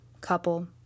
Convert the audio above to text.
couple